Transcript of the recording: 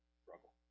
struggle